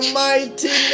mighty